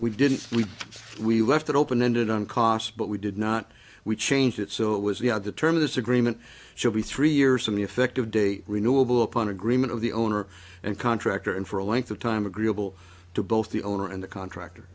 we didn't we left it open ended on cost but we did not we changed it so it was the other term of this agreement should be three years from the effective date renewable upon agreement of the owner and contractor and for a length of time agreeable to both the owner and the contractor